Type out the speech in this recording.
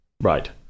right